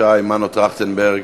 מנו טרכטנברג,